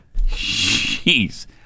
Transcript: Jeez